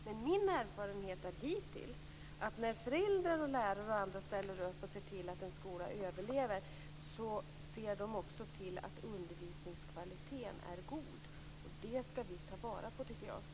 Men min erfarenhet är hittills att när föräldrar, lärare och andra ställer upp och ser till att en skola överlever så ser de också till att undervisningskvaliteten är god, och det skall vi ta vara på tycker jag.